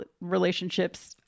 relationships